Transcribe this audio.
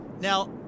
Now